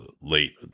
late